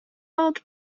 world